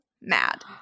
mad